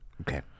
Okay